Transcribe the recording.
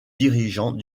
dirigeants